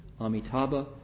Amitabha